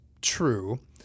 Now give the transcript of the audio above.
true